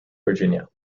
virginia